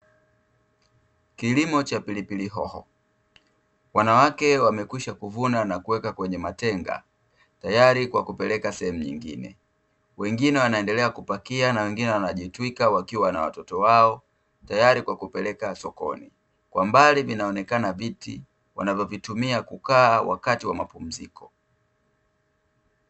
Kilimo cha pilipili hoho, wanawake wamekwisha kuvuna na kuweka kwenye matenga, tayari kwa kupeleka sehemu nyingine. Wengine wanaendelea kupakia na wengine wanajitwika wakiwa na watoto wao, tayari kwa kupeleka sokoni. Kwa mbali vinaonekana viti wanavyovitumia kukaa wakati wa mapumziko.